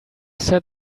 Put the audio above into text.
said